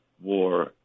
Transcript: war